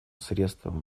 средством